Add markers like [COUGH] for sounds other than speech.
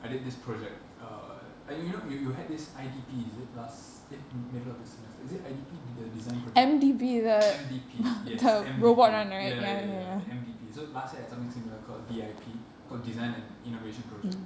I did this project uh you know you you had this I_D_P is it last eh middle of this semester is it I_D_P the the design project [NOISE] M_D_P yes M_D_P ya ya ya the M_D_P so last year I had something similar called D_I_P called design and innovation project